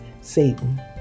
Satan